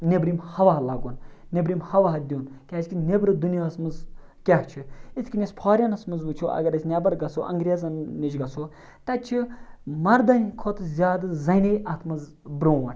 نٮ۪برِم ہوا لَگُن نٮ۪برِم ہوا دیُن کیٛازِکہِ نٮ۪برٕ دُنیاہَس منٛز کیٛاہ چھِ یِتھ کٔنۍ اَسہِ فارِنَس منٛز وٕچھو اگر أسۍ نٮ۪بَر گژھو انٛگریزَن نِش گژھو تَتہِ چھِ مَردَن ہِنٛدۍ کھۄتہٕ زیادٕ زَنے اَتھ منٛز بروںٛٹھ